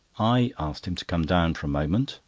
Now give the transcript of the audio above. i asked him to come down for a moment,